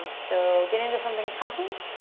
so, get into something comfy,